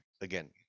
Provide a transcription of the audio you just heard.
again